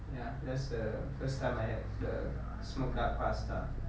ya that's the first time I had the smoked duck pasta